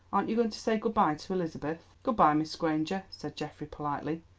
aren't you going to say good-bye to elizabeth? good-bye, miss granger, said geoffrey politely.